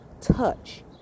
touch